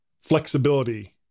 flexibility